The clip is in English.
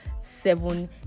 seven